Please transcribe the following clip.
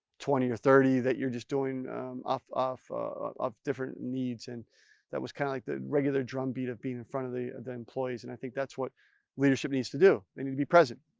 twenty or thirty, that you're just doing because of of different needs and that was kind of like the regular drum beat of being in front of the the employees. and i think, that's what leadership needs to do, they need to be present.